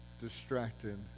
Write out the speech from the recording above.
distracted